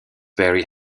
barry